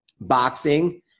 boxing